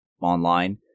online